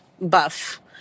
buff